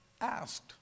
asked